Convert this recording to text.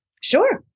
Sure